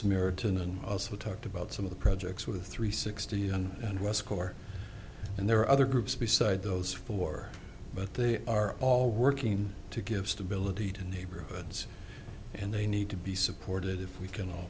samaritan and also talked about some of the projects with three sixty one and west corps and there are other groups beside those four but they are all working to give stability to neighborhoods and they need to be supported if we can